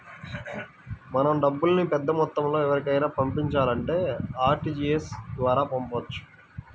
మనం డబ్బుల్ని పెద్దమొత్తంలో ఎవరికైనా పంపించాలంటే ఆర్టీజీయస్ ద్వారా పంపొచ్చు